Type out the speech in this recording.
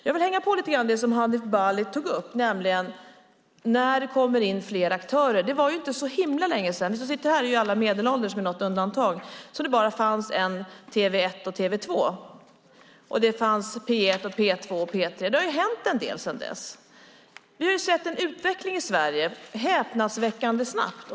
Jag vill lite grann hänga på det som Hanif Bali tog upp om när det kommer in fler aktörer. Vi som sitter här är alla medelålders med något undantag. Det var inte så hemskt länge sedan det bara fanns TV1 och TV2, och det fanns P1, P2 och P3. Det har hänt en del sedan dess. Vi har sett en häpnadsväckande snabb utveckling i Sverige.